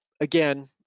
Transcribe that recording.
again